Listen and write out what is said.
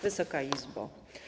Wysoka Izbo!